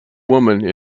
woman